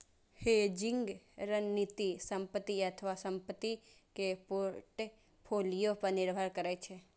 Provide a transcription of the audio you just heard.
hedging रणनीति संपत्ति अथवा संपत्ति के पोर्टफोलियो पर निर्भर करै छै